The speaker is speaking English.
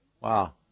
wow